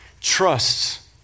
trusts